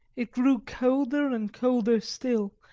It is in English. it grew colder and colder still,